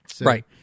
Right